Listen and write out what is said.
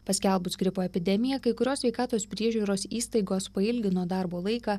paskelbus gripo epidemiją kai kurios sveikatos priežiūros įstaigos pailgino darbo laiką